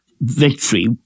victory